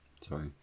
Sorry